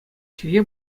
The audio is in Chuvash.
чӗлхе